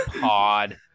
Pod